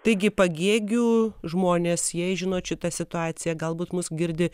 taigi pagėgių žmonės jei žinot šitą situaciją galbūt mus girdi